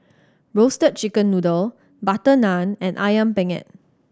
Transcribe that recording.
Roasted Chicken Noodle butter naan and Ayam Penyet